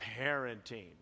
parenting